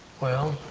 well,